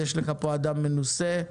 יש לך פה אדם מנוסה.